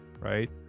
right